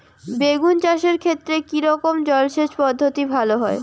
বেগুন চাষের ক্ষেত্রে কি রকমের জলসেচ পদ্ধতি ভালো হয়?